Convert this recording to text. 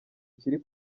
kiri